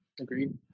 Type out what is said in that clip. agreed